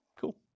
Cool